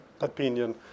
opinion